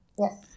Yes